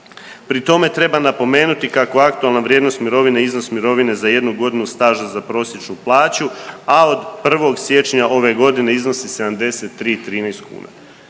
Pri tome treba napomenuti kako aktualna vrijednost mirovine i iznos mirovine za jednu godinu staža za prosječnu plaću, a od 1. siječnja ove godine iznosi 73,13